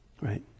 right